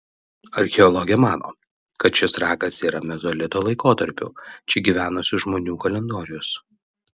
archeologė mano kad šis ragas yra mezolito laikotarpiu čia gyvenusių žmonių kalendorius